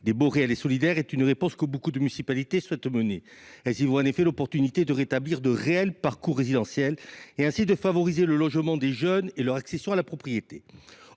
des baux réels et solidaires, est une réponse que beaucoup de municipalités souhaitent choisir. Elles y voient en effet l’occasion de rétablir de réels parcours résidentiels et ainsi de favoriser le logement des jeunes et leur accession à la propriété.